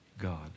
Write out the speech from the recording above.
God